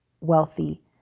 wealthy